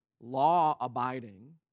law-abiding